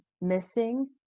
missing